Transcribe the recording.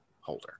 holder